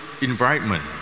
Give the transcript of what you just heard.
environment